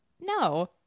No